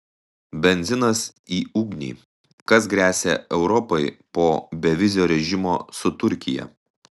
benzinas į ugnį kas gresia europai po bevizio režimo su turkija